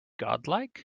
godlike